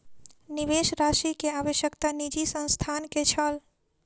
निवेश राशि के आवश्यकता निजी संस्थान के छल